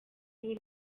rw’u